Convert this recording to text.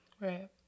Right